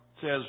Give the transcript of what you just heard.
says